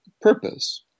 purpose